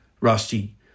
Rusty